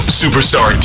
superstar